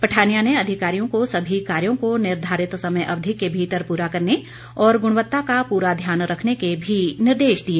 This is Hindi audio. पठानिया ने अधिकारियों को सभी कार्यो को निर्घारित समय अवधि के भीतर प्ररा करने और गुणवत्ता का पूरा ध्यान रखने के भी निर्देश दिए